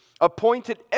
appointed